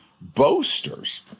boasters